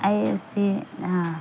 ꯑꯩ ꯑꯁꯦ